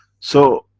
so,